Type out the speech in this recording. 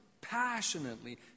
passionately